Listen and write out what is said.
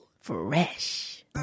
Fresh